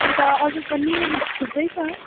अन्त अरू पनि थुप्रै छ